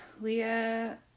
Leah